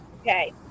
Okay